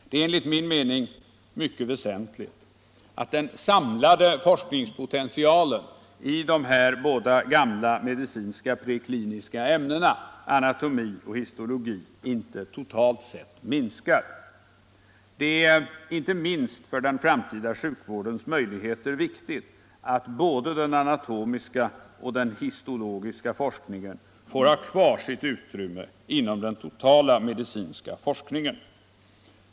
Det är enligt min mening mycket väsentligt att den samlade forskningspotentialen i de båda gamla medicinska prekliniska grundämnena, anatomi och histologi, totalt sett inte minskar. Inte minst för den framtida sjukvårdens möjligheter är det viktigt att både den anatomiska forskningen och den histologiska forskningen får ha kvar sitt utrymme inom den totala medicinska forskningen.